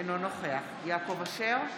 אינו נוכח יעקב אשר,